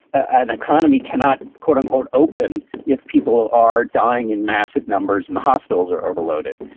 an economy cannot, quote unquote, open. if people are dying in massive numbers and the hospitals are overloaded,